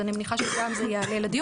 אני מניחה שגם זה יעלה לדיון.